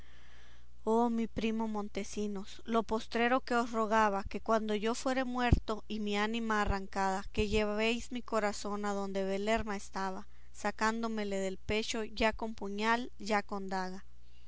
oh mi primo montesinos lo postrero que os rogaba que cuando yo fuere muerto y mi ánima arrancada que llevéis mi corazón adonde belerma estaba sacándomele del pecho ya con puñal ya con daga